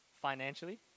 financially